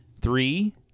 Three